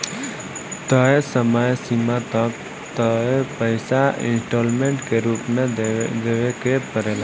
तय समय सीमा तक तय पइसा इंस्टॉलमेंट के रूप में देवे के पड़ेला